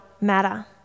matter